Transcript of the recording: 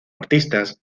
artistas